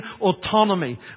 autonomy